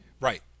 Right